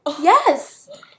Yes